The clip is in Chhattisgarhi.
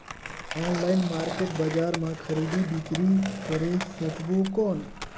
ऑनलाइन मार्केट बजार मां खरीदी बीकरी करे सकबो कौन?